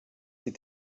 ses